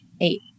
eight